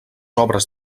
obres